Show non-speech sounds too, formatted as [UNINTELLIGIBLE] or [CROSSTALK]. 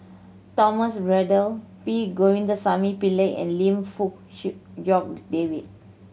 Thomas Braddell P Govindasamy Pillai and Lim Fong [UNINTELLIGIBLE] Jock David